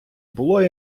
було